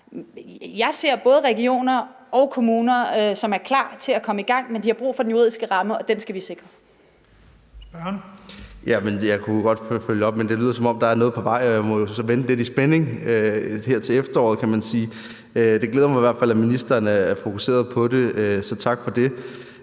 Jeg ser både regioner og kommuner, som er klar til at komme i gang. Men de har brug for den juridiske ramme, og den skal vi sikre.